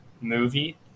movie